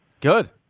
Good